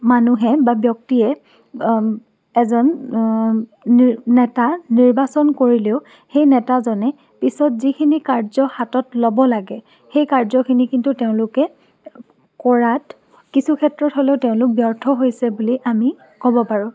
মানুহে বা ব্যক্তিয়ে এজন নেতা নিৰ্বাচন কৰিলেও সেই নেতাজনে পিছত যিখিনি কাৰ্য হাতত ল'ব লাগে সেই কাৰ্যখিনি কিন্তু তেওঁলোকে কৰাত কিছু ক্ষেত্ৰত হ'লেও কিন্তু তেওঁলোক ব্যৰ্থ হৈছে বুলি আমি ক'ব পাৰোঁ